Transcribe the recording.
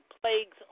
plagues